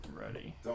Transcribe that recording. Ready